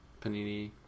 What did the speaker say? Panini